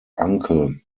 uncle